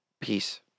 peace